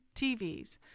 TVs